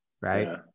Right